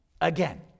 Again